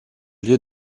lieu